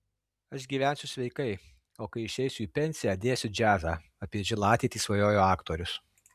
aš gyvensiu sveikai o kai išeisiu į pensiją dėsiu džiazą apie žilą ateitį svajojo aktorius